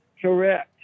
Correct